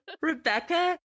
Rebecca